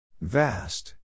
Vast